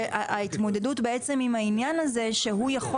ההתמודדות בעצם עם העניין הזה שהוא יכול